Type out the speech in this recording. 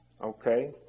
Okay